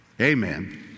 Amen